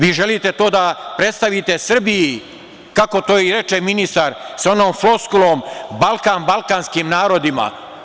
Vi želite to da predstavite Srbiji, kako to i reče ministar sa onom floskulom – Balkan balkanskim narodima.